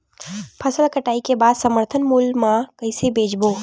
फसल कटाई के बाद समर्थन मूल्य मा कइसे बेचबो?